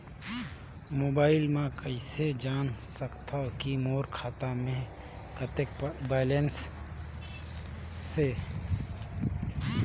Mobile म कइसे जान सकथव कि मोर खाता म कतेक बैलेंस से?